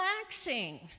Relaxing